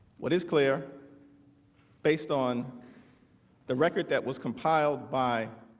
what is clear based on the record that was compiled by